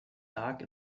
dark